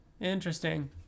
Interesting